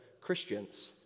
Christians